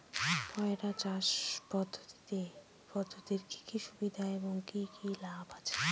পয়রা চাষ পদ্ধতির কি কি সুবিধা এবং লাভ আছে?